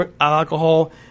alcohol